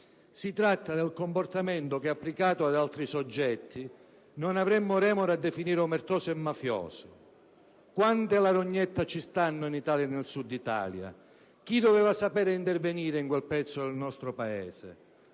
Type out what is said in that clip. si tratta del comportamento che, applicato ad altri soggetti, non avremmo remore a definire omertoso e mafioso. Quante "la Rognetta" ci stanno in Italia e nel Sud Italia? Chi doveva sapere ed intervenire in quel pezzo del nostro Paese?